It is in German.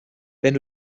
wenn